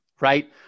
right